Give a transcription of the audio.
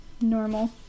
normal